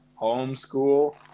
Homeschool